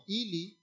ili